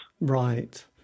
Right